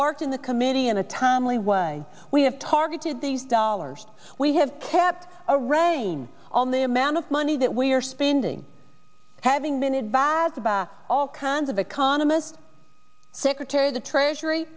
worked in the committee in a timely way we have targeted these dollars we have kept a rain all the amount of money that we are spending having been advised by all kinds of economists secretary of the treasury